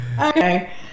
Okay